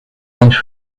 amps